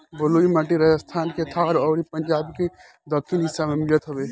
बलुई माटी राजस्थान के थार अउरी पंजाब के दक्खिन हिस्सा में मिलत हवे